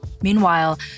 Meanwhile